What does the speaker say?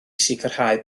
sicrhau